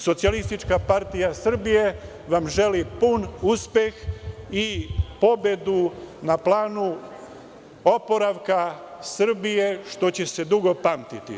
Socijalistička partija Srbije vam želi pun uspeh i pobedu na planu oporavka Srbije, što će se dugo pamtiti.